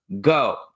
go